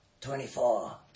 Twenty-four